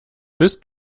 bist